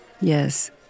Yes